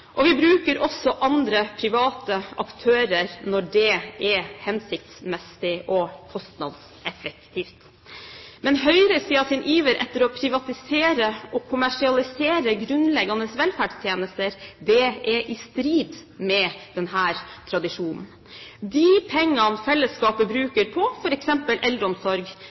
og vi bruker også andre private aktører når det er hensiktsmessig og kostnadseffektivt. Men høyresidens iver etter å privatisere og kommersialisere grunnleggende velferdstjenester er i strid med denne tradisjonen. De pengene fellesskapet bruker på f.eks. eldreomsorg,